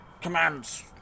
Commands